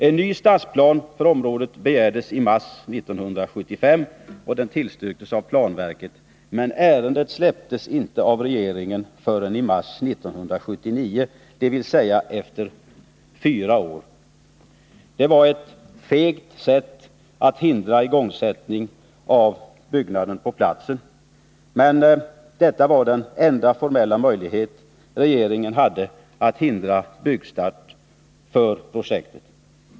En ny stadsplan för området begärdes i mars 1975 och den tillstyrktes av planverket, men ärendet släpptes inte av regeringen förrän i mars 1979, dvs. efter fyra år. Det var ett fegt sätt att hindra igångsättningen av byggnaden på platsen, men detta var den enda formella möjlighet regeringen hade att hindra byggstart för projektet.